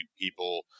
people